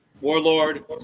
warlord